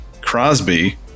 Crosby